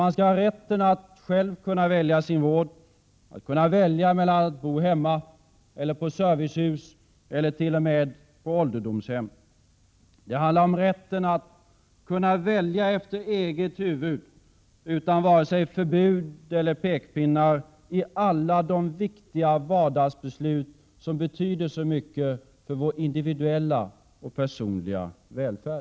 Man skall ha rätten att själv kunna välja sin vård och att kunna välja mellan att bo hemma, på servicehus eller t.o.m. på ålderdomshem. Det handlar om rätten att kunna välja efter eget huvud, utan vare sig förbud eller pekpinnar, i alla de viktiga vardagsbeslut som betyder så mycket för vår individuella och personliga välfärd.